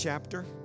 chapter